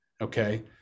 Okay